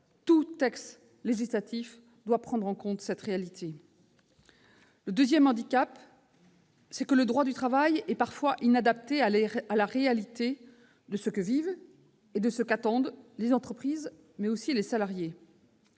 Tout texte législatif doit prendre en compte cette réalité. Ensuite, le droit du travail est parfois inadapté à la réalité de ce que vivent et de ce qu'attendent les entreprises, mais aussi les salariés.